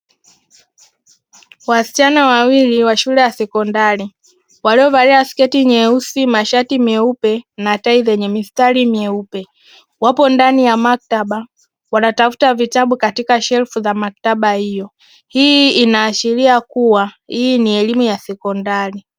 Wasichana wawili wa shule ya sekondari waliovalia sketi nyeusi, mashati meupe na tai zenye mistari myeupe. Wapo ndani ya maktaba wanatafuta vitabu katika shelfu za makatba hiyo. Hii inaashiria kuwa hii ni elimu ya sekondari.